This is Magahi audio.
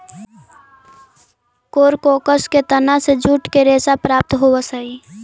कोरकोरस के तना से जूट के रेशा प्राप्त होवऽ हई